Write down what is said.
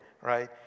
right